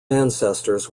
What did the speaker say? ancestors